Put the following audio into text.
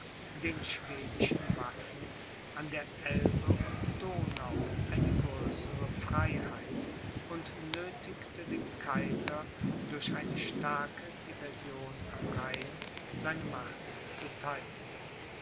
den schwedischen waffen an der elbe und donau eine größere freiheit und nöthigte den kaiser durch eine starke diversion am rhein seine macht zu theilen